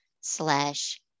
slash